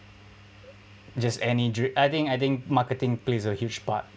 just any drink I think I think marketing plays a huge part